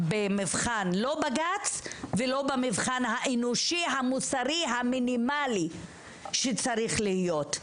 לא במבחן בג"ץ ולא במבחן האנושי המוסרי המינימלי שצריך להיות,